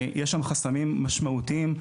יש שם חסמים משמעותיים.